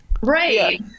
Right